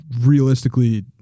realistically